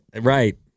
Right